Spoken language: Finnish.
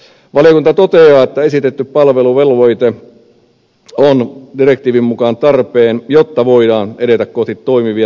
valiokunta toteaa että esitetty palveluvelvoite on direktiivin mukaan tarpeen jotta voidaan edetä kohti toimivia tasapuolisia ja syrjimättömiä rautatiemarkkinoita